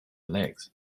legs